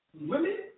Women